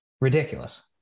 Ridiculous